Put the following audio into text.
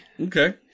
Okay